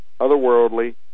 otherworldly